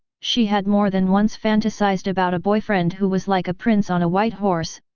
she had more than once fantasized about a boyfriend who was like a prince on a white horse,